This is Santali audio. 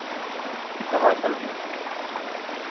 ᱫᱚᱦᱚᱭ ᱛᱟᱞᱟᱝ ᱢᱮ